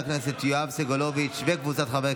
של חבר הכנסת יואב סגלוביץ' וקבוצת חברי